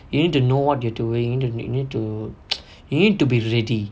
you need to know what you're doing and you need to you need to be ready